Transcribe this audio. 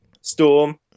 Storm